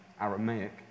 Aramaic